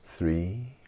Three